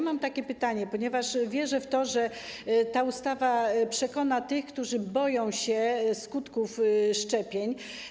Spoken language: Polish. Mam pytanie, ponieważ wierzę w to, że ta ustawa przekona tych, którzy boją się skutków szczepień.